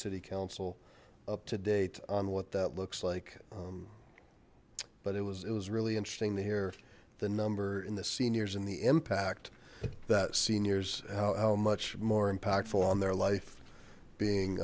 city council up to date on what that looks like but it was it was really interesting to hear the number in the seniors and the impact that seniors how much more impactful on their life being